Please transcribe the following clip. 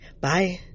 Bye